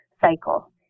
cycle